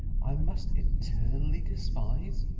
i must eternally despise?